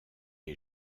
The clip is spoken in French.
est